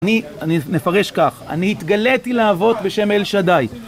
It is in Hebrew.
אני מפרש כך, אני התגליתי לעבוד בשם אל שדי